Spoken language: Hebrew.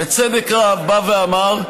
בצדק רב בא ואמר: